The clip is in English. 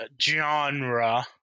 genre